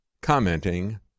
commenting